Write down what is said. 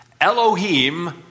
Elohim